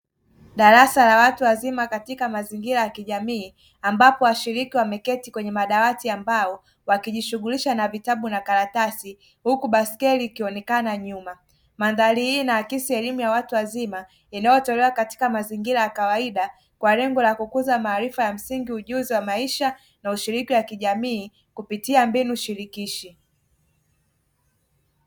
Darasa la watu wazima katika mazingira ya kijamii ambapo washiriki wameketi kwenye madawati ya mbao wakijishughulisha na vitabu na karatasi huku baiskeli ikionekana nyuma, mandhari hii inaakisi elimu ya watu wazima inayotolewa katika mazingira ya kawaida kwa lengo la kukuza maarifa ya msingi, ujuzi wa maisha na ushiriki wa kijamii kupitia mbinu shirikishi.